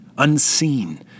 unseen